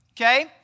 okay